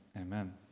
amen